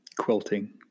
Quilting